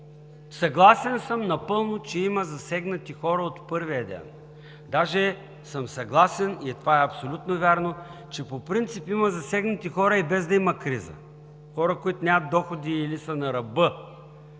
съгласен, че има засегнати хора от първия ден. Даже съм съгласен, и това е абсолютно вярно, че по принцип има засегнати хора и без да има криза – хора, които нямат доходи или са на ръба,